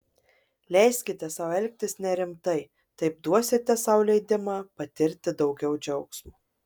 leiskite sau elgtis nerimtai taip duosite sau leidimą patirti daugiau džiaugsmo